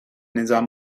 نظام